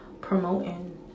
promoting